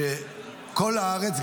שכל הארץ,